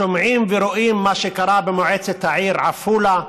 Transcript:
שומעים ורואים את מה שקרה במועצת העיר עפולה,